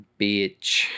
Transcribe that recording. bitch